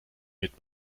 mit